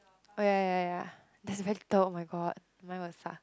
oh ya ya ya I haven't told oh my god mine will suck